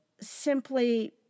simply